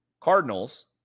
Cardinals